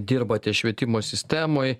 dirbate švietimo sistemoj